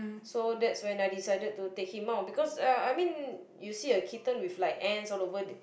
so that's when I decide to take him out because uh I mean you see a kitten with like ants all over the